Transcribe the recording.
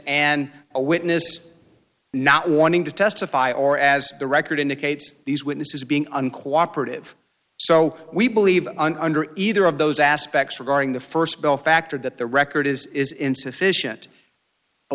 and a witness not wanting to testify or as the record indicates these witnesses being uncooperative so we believe under either of those aspects regarding the first bell factor that the record is is insufficient a